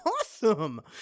awesome